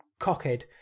cockhead